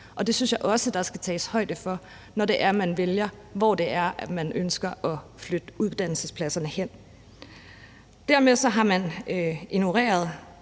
Det synes jeg også der skal tages højde for, når det er, man vælger, hvor det er, man ønsker at flytte uddannelsespladserne hen. Dermed har man ignoreret